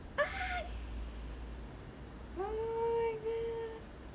ah sh~ oh my god